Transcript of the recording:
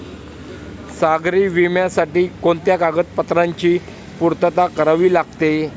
सागरी विम्यासाठी कोणत्या कागदपत्रांची पूर्तता करावी लागते?